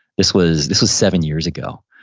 this was this was seven years ago.